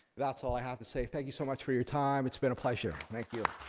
that's all i have to say. thank you so much for your time, it's been a pleasure. thank you.